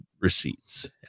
receipts